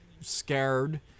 scared